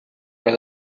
aga